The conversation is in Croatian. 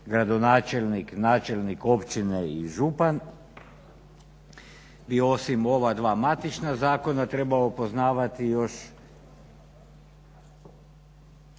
gradonačelnik, načelnik općine i župan bi osim ova dva matična zakona trebao poznavati još